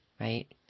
right